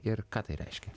ir ką tai reiškia